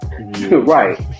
Right